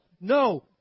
no